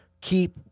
Keep